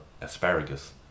asparagus